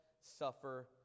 suffer